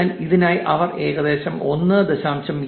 അതിനാൽ ഇതിനായി അവർ ഏകദേശം 1